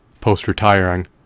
post-retiring